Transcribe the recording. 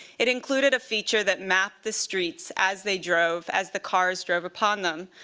it included a feature that mapped the streets as they drove, as the cars drove upon them,